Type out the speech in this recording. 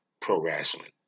pro-wrestling